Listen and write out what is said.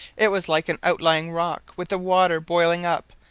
it was like an outlying rock with the water boiling up,